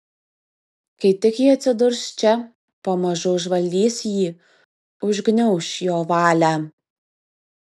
kai tik ji atsidurs čia pamažu užvaldys jį užgniauš jo valią